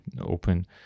open